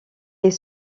est